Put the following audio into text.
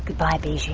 by their